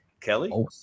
Kelly